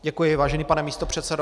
Děkuji, vážený pane místopředsedo.